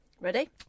Ready